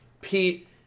Pete